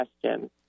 question